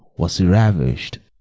was she ravish'd?